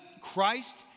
Christ